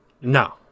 No